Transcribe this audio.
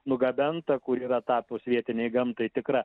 nugabenta kur yra tapus vietinei gamtai tikra